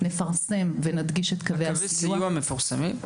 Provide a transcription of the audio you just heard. נפרסם ונדגיש את קווי הסיוע --- קווי הסיוע מפורסמים?